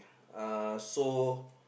uh so